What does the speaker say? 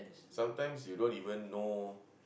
sometimes you don't even know